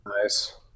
nice